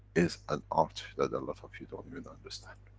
is an art that a lot of you, don't even understand.